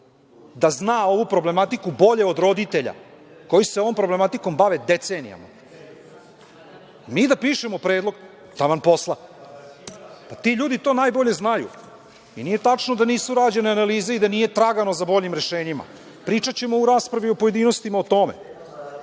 da zna ovu problematiku bolje od roditelja koji se ovom problematikom bave decenijama?(Marko Atlagić: Pišite vi onda predlog.)Mi da pišemo predlog? Taman posla. Pa, ti ljudi to najbolje znaju i nije tačno da nisu rađene analize i da nije tragano za boljim rešenjima, pričaćemo u raspravi o pojedinostima o tome.